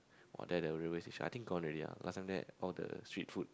!wah! there the railway station I think gone already lah last time there all the street food